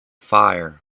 fire